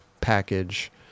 package